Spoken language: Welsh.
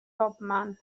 bobman